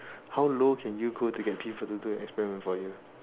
how low can you go to get people to do an experiment for you